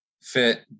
fit